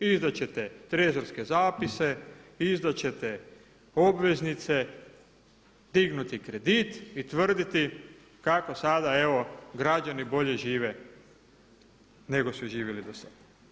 Izdat ćete trezorske zapise, izdat ćete obveznice, dignuti kredit i tvrditi kako sada evo građani bolje žive nego su živjeli do sada.